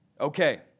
Okay